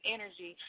Energy